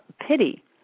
pity